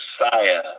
messiah